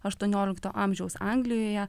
aštuoniolikto amžiaus anglijoje